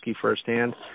firsthand